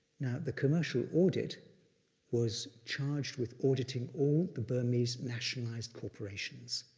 now, the commercial audit was charged with auditing all the burmese nationalized corporations.